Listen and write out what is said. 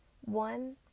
One